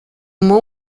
uma